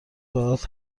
باهات